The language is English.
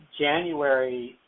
January